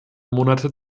monate